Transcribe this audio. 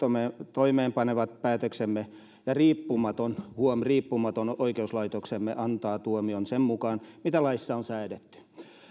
toimeenpanevat päätöksemme ja riippumaton huom riippumaton oikeuslaitoksemme antaa tuomion sen mukaan mitä laissa on säädetty